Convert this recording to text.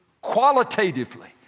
qualitatively